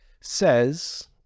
says